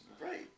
Right